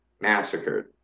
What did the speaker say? massacred